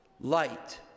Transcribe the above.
light